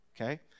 okay